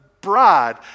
bride